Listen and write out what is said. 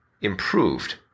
improved